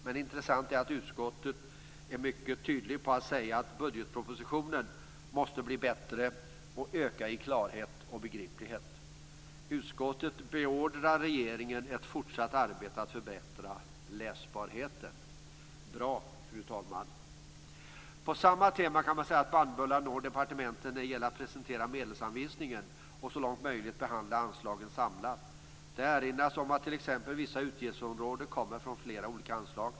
Men intressant är att utskottet är mycket tydligt med att säga att budgetpropositionen måste bli bättre och öka i klarhet och begriplighet. Utskottet beordrar regeringen ett fortsatt arbete med att förbättra läsbarheten. Bra, fru talman! På samma tema kan man säga att bannbullan når departementet när det gäller att presentera medelsanvisningen och så långt möjligt behandla anslagen samlat. Det erinras om att t.ex. vissa utgiftsområden kommer från flera olika anslag.